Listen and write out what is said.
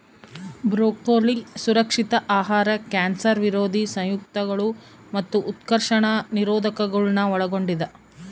broccoli ಸುರಕ್ಷಿತ ಆಹಾರ cancer ವಿರೋಧಿ ಸಂಯುಕ್ತಗಳು ಮತ್ತು ಉತ್ಕರ್ಷಣ ನಿರೋಧಕಗುಳ್ನ ಒಳಗೊಂಡಿದ